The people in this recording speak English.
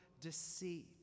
deceit